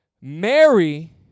Mary